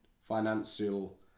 financial